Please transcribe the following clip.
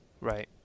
Right